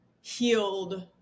healed